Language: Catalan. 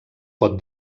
pot